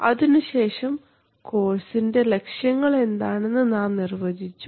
അതിനുശേഷം കോഴ്സ്ൻറെ ലക്ഷ്യങ്ങൾ എന്താണെന്ന് നാം നാം നിർവചിച്ചു